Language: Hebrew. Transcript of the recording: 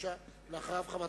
אדוני היושב-ראש,